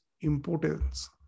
importance